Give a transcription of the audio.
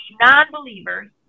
non-believers